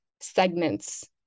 segments